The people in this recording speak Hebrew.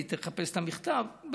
היא תחפש את המכתב,